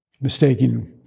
mistaking